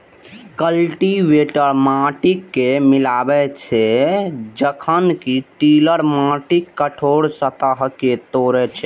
cultivator माटि कें मिलाबै छै, जखन कि टिलर माटिक कठोर सतह कें तोड़ै छै